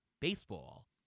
baseball